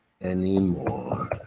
anymore